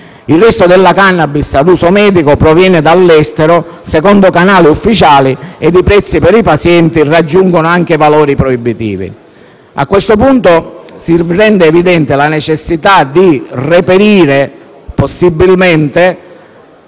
Il resto della *cannabis* ad uso medico proviene dall'estero secondo canali ufficiali ed i prezzi per i pazienti raggiungono anche valori proibitivi. A questo punto, si rende evidente la necessità di reperire possibilmente